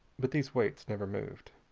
but these weights never moved.